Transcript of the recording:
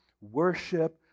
worship